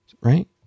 right